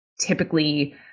typically